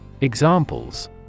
Examples